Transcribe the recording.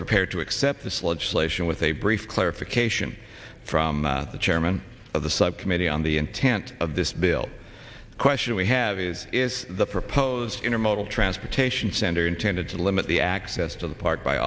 prepared to accept this legislation with a brief clarification from the chairman of the subcommittee on the intent of this bill the question we have is is the proposed intermodal transportation center intended to limit the access to the park by